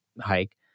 hike